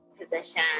position